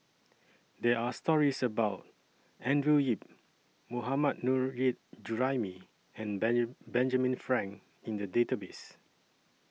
There Are stories about Andrew Yip Mohammad Nurrasyid Juraimi and Ben Benjamin Frank in The Database